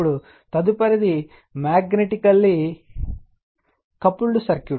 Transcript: ఇప్పుడు తదుపరిది మాగ్నెటికెల్లి కపుల్డ్ సర్క్యూట్